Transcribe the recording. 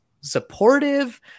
supportive